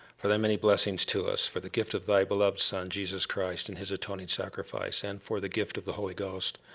for thy many blessings to us, for the gift of thy beloved son, jesus christ, and his atoning sacrifice and for the gift of the holy ghost.